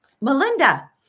Melinda